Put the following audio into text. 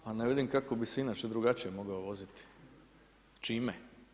Pa ne vidim kako bi se inače drugačije mogao voziti, čime?